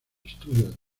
estudios